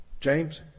James